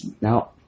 Now